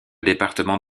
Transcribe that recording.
département